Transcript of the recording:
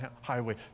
highway